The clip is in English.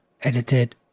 Edited